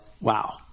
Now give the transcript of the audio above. wow